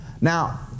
Now